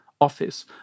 office